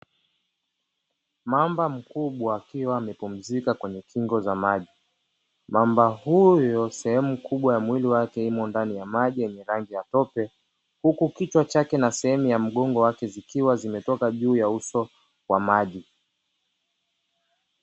Mamba mkubwa akiwa amepumzika kwenye kingo za maji. Mamba huyo sehemu kubwa ya mwili wake imo ndani ya maji yenye rangi ya tope, huku kichwa chake na sehemu ya mgongo wake zikiwa zimetoka juu ya uso wa maji.